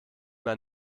mehr